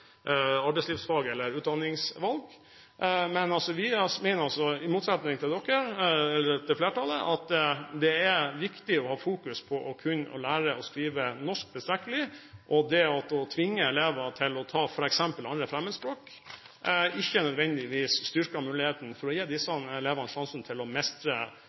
arbeidslivsfag eller gjøre andre utdanningsvalg. Men vi mener, i motsetning til flertallet, at det er viktig å ha fokus på å lære å skrive norsk tilstrekkelig. Det å tvinge elever til f.eks. å ta andre fremmedspråk styrker ikke nødvendigvis disse elevenes sjanse til å